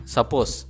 Suppose